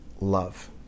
love